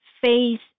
face